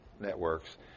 networks